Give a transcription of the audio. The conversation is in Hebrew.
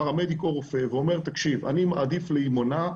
פרמדיק או רופא, ואומר: תקשיב, אני מעדיף להימנע,